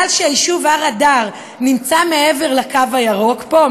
שהיישוב הר-אדר נמצא מעבר לקו הירוק" פה,